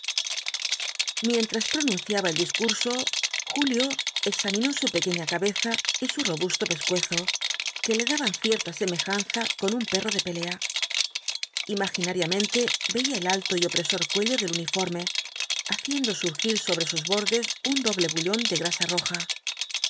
mientras pronunciaba el discurso julio examinó su pequeña cabeza y su robusto pescuezo que le daban cierta semejanza con un perro de pelea imaginaríhmente veía el alto y opresor cuello del uniforme haciendo surgir sobre sus bordes un doble bullón de grasa roja